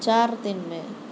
چار دن میں